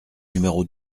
numéro